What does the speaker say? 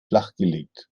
flachgelegt